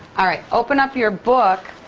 all right. open up your book.